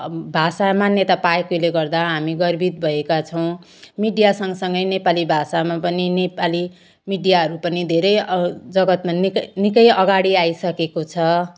भाषा मान्यता पाएकोले गर्दा हामी गर्वित भएका छौँ मिडिया सँगसँगै नेपाली भाषामा पनि नेपाली मिडियाहरू पनि धेरै जगतमा निकै निकै अगाडि आइसकेको छ